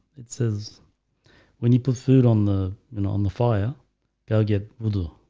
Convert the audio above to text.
it says when you put food on the and on the fire go get will do